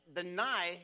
deny